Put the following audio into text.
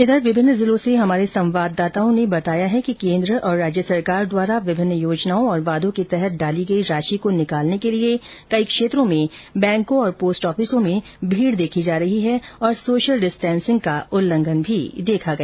इधर विभिन्न जिलों से हमारे संवाददाताओं ने बताया कि केन्द्र तथा राज्य सरकार द्वारा विभिन्न योजनाओं और वादों के तहत डाली गयी राशि को निकालने के लिए कई क्षेत्रों में बैंकों और पोस्ट ऑफिसों में भीड देखी जा रही है और सोशियल डिस्टेंसिंग का उल्लंघन भी देखा गया